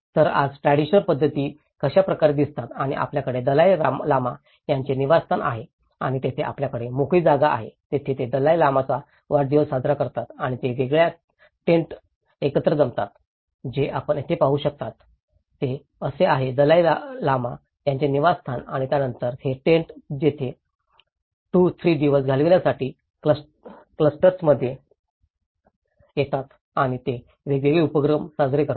तर आज ट्रॅडिशनल पध्दती कशा प्रकारे दिसतात आणि आपल्याकडे दलाई लामा यांचे निवासस्थान आहे आणि जिथे त्यांच्याकडे मोकळी जागा आहे तेथे ते दलाई लामाचा वाढदिवस साजरा करतात आणि ते वेगवेगळ्या टेन्टत एकत्र जमतात जे आपण येथे पाहू शकता ते असे आहे दलाई लामा यांचे निवासस्थान आणि त्यानंतर हे टेन्ट तेथे 2 3 दिवस घालवण्यासाठी क्लस्टर्समध्ये येतात आणि ते वेगवेगळे उपक्रम साजरे करतात